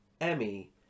Emmy